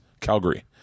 Calgary